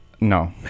No